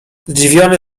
zdziwiony